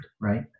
right